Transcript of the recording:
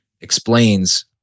explains